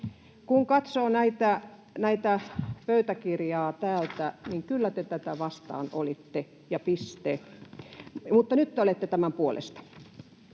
Kun katsoo pöytäkirjaa täältä, niin kyllä te tätä vastaan olitte, ja piste. Mutta nyt olette tämän puolesta.